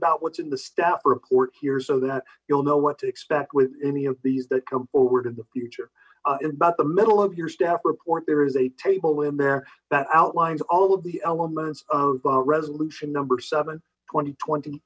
about what's in the staff report here so that you'll know what to expect with any of these that come forward in the future in about the middle of your staff report there is a table in there that outlines all the elements of resolution number seven tw